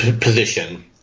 position